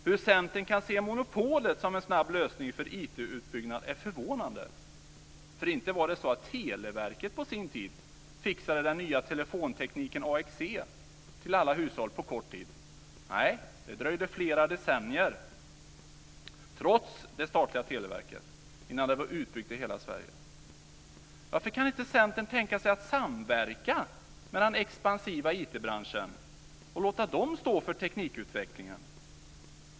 Hur Centern kan se monopolet som en snabb lösning för IT-utbyggnad är förvånande. Inte var det så att Televerket på sin tid fixade den nya telefontekniken AXE till alla hushåll på kort tid. Nej, det dröjde flera decennier innan det var utbyggt i hela Sverige, trots det statliga Televerket. Varför kan inte Centern tänka sig att samverka med den expansiva IT-branschen och låta den stå för teknikutvecklingen?